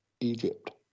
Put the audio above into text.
Egypt